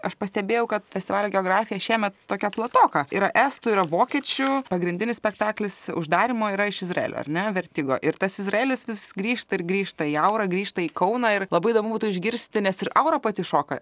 aš pastebėjau kad festivalio geografija šiemet tokia platoka yra estų yra vokiečių pagrindinis spektaklis uždarymo yra iš izraelio ar ne vertigo ir tas izraelis vis grįžta ir grįžta į aurą grįžta į kauną ir labai įdomu būtų išgirsti nes ir aura pati šoka